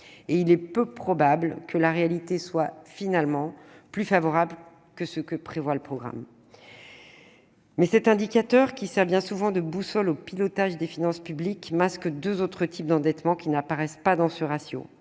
Il est peu probable que la réalité soit finalement plus favorable que ce qui est prévu dans le programme. Mais cet indicateur, qui sert bien souvent de boussole pour le pilotage des finances publiques, masque deux autres types d'endettement, qui n'apparaissent pas dans le ratio